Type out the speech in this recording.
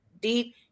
deep